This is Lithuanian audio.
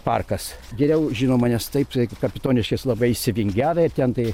parkas geriau žinoma nes taip tai kapitoniškės labai išsivingiavę ir ten tai